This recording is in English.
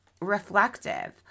reflective